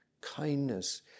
kindness